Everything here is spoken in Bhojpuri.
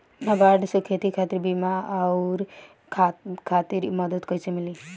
नाबार्ड से खेती खातिर बीया आउर खाद खातिर मदद कइसे मिली?